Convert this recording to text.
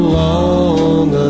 long